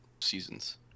seasons